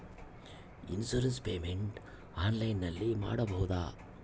Insurance payment ಆನ್ಲೈನಿನಲ್ಲಿ ಮಾಡಬಹುದಾ?